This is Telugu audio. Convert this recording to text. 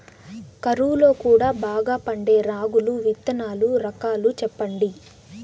కరువు లో కూడా బాగా పండే రాగులు విత్తనాలు రకాలు చెప్పండి?